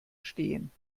stehen